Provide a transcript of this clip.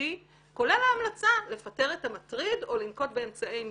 חופשי כולל ההמלצה לפטר את המטריד או לנקוט באמצעי משמעת.